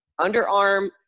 underarm